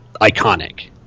iconic